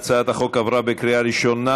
ההצעה להעביר את הצעת חוק שמירת הניקיון